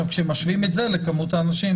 כשמשווים את זה לכמות האנשים,